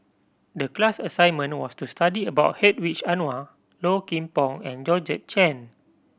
the class assignment was to study about Hedwig Anuar Low Kim Pong and Georgette Chen